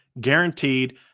guaranteed